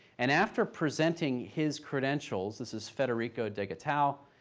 and after presenting his credentials, this is federico degetau,